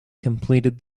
completed